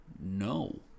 No